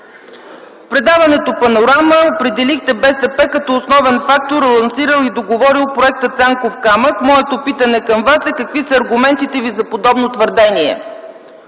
„В предаването „Панорама” определихте БСП като основен фактор, лансирал и договорил проекта „Цанков камък”. Моето питане към Вас е: какви са аргументите Ви за подобно твърдение?”